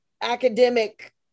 academic